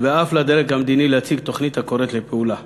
ואף לדרג המדיני להציג תוכנית הקוראת לפעולה,